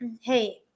Hey